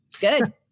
good